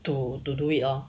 to to do it lor